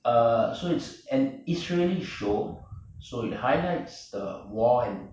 uh so it's an israeli show so it highlights the war